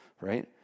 right